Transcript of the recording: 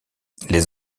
les